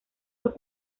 los